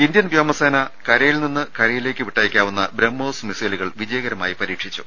Indian വ്യോമസേന കരയിൽ നിന്ന് കരയിലേക്ക് വിട്ടയ ക്കാവുന്ന ബ്രാഹ്മോസ് മിസ്സൈലുകൾ വിജയകരമായി പരീക്ഷിച്ചു